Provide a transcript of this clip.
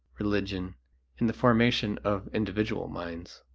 religion in the formation of individual minds.